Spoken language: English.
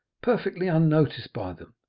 perfectly unnoticed by them.